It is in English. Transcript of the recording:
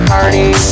Party